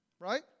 Right